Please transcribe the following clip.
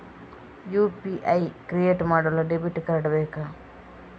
UPI create ಮಾಡಲು debit card ಬೇಕಾ?